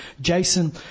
Jason